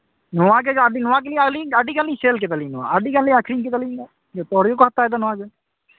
ᱱᱚᱣᱟ ᱜᱮ ᱟᱵᱤᱱ ᱚᱱᱣᱟ ᱜᱮ ᱟᱹᱞᱤᱧ ᱟᱹᱰᱤ ᱜᱟᱱ ᱞᱤᱧ ᱥᱮᱞ ᱠᱮᱫᱟᱞᱤᱧ ᱱᱚᱣᱟᱟᱹᱰᱤᱜᱟᱱ ᱞᱤᱧ ᱟᱹᱠᱷᱨᱤᱧ ᱠᱮᱫᱟᱞᱤᱧ ᱡᱮᱛᱮ ᱦᱚᱲ ᱜᱮᱠᱚ ᱦᱟᱛᱟᱣᱮᱫᱟ ᱱᱚᱣᱟ ᱜᱮ